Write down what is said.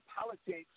politics